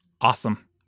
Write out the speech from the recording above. awesome